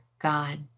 God